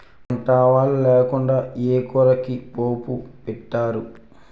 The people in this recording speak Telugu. వంట ఆవాలు లేకుండా ఏ కూరకి పోపు పెట్టరు